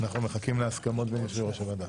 אנחנו מחכים להסכמות בין יושבי-ראש הוועדות.